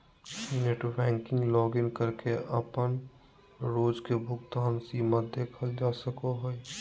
net banking login करके अपन रोज के भुगतान सीमा देखल जा सको हय